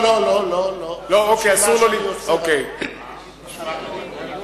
משפט אני יכול להגיד?